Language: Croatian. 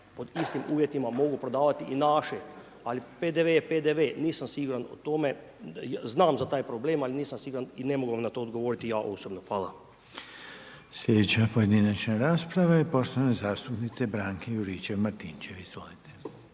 pod istim uvjetima mogu prodavati i naše ali PDV je PDV, nisam siguran o tome, znam za taj problem ali nisam siguran i ne mogu vam na to odgovoriti i ja osobno. Hvala. **Reiner, Željko (HDZ)** Sljedeća pojedinačna rasprava je poštovane zastupnice Branke Juričev-Martinčev. Izvolite.